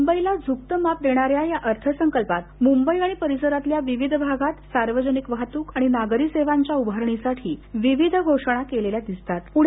मुंबईला झूकत माप देणाऱ्या या अर्थ संकल्पात मुंबई आणि परिसरातल्या विविध भागात सार्वजनिक वाहतूक आणि नागरी सेवांच्या उभारणीसाठी विविध घोषणा अर्थसंकल्पात केल्या आहेत